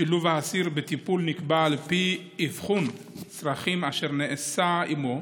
שילוב האסיר נקבע על פי אבחון צרכים אשר נעשה עימו,